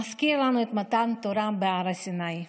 מזכיר לנו את מתן תורה בהר סיני.